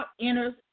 enters